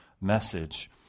message